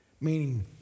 meaning